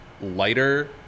lighter